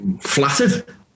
flattered